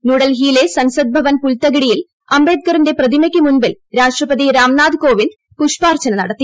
ന്യൂഡൽഹിയിലെ സൻസദ് ഭവൻ പുൽത്തകിടിയിൽ അംബേദ്ക്കറിന്റെ പ്രതിമക്ക് മുൻപിൽ രാഷ്ട്രപതി രാംനാഥ് കോവിന്ദ് പുഷ്പാർച്ചന നടത്തി